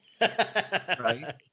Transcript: right